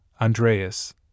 Andreas